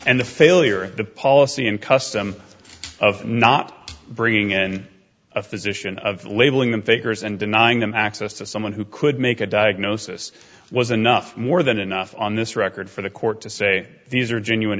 and the failure of the policy and custom of not bringing in a physician of labeling them fakers and denying them access to someone who could make a diagnosis was enough more than enough on this record for the court to say these are genuine